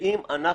ואם אנחנו,